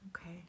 Okay